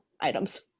items